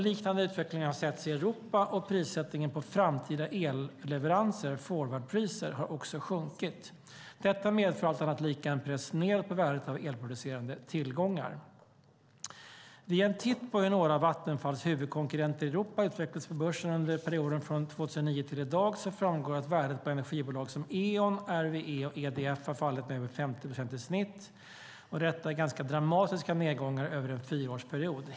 Liknande utveckling har setts i Europa. Prissättningen på framtida elleveranser, forwardpriser, har också sjunkit. Detta medför, allt annat lika, en press nedåt på värdet av elproducerande tillgångar. Vid en titt på hur några av Vattenfalls huvudkonkurrenter i Europa utvecklades på börsen under perioden 2009 till i dag framgår det att värdet på energibolag som Eon, RWE och EDF har fallit med över 50 procent i snitt. Detta är ganska dramatiska nedgångar över en fyraårsperiod.